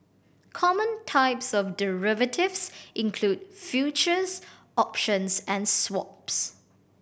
common types of derivatives include futures options and swaps